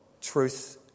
truth